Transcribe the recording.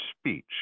speech